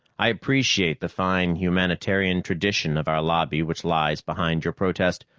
i appreciate the fine humanitarian tradition of our lobby which lies behind your protest,